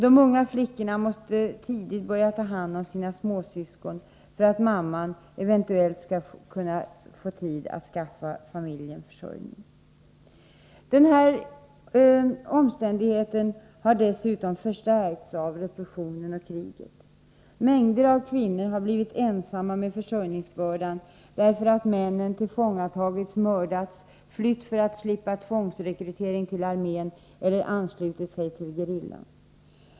De unga flickorna måste tidigt börja ta hand om sina småsyskon för att mamman eventuellt skall kunna få tid att försörja familjen. Den här omständigheten har dessutom förstärkts av repressionen och kriget. Mängder av kvinnor har blivit ensamma med försörjningsbördan därför att männen tillfångatagits, mördats, flytt för att slippa tvångsrekrytering till armén eller anslutit sig till gerillan.